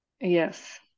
yes